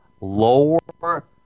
lower